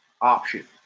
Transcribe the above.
option